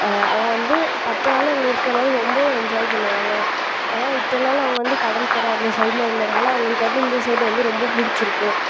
அவங்க வந்து பத்து நாளும் அங்கே இருக்கிறதுனால ரொம்பவும் என்ஜாய் பண்ணுவாங்க ஏன்னால் இத்தனை நாளும் அவங்க வந்து கடல்கரை அந்த சைடில் இருந்தனால் அவங்களுக்கு வந்து இந்த சைட் வந்து ரொம்ப பிடிச்சிருக்கும்